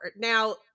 Now